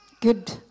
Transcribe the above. good